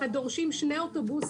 לא חברה פרטית.